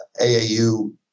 AAU